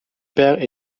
père